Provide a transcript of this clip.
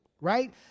Right